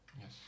yes